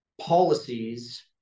policies